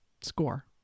score